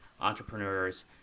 entrepreneurs